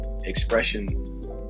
expression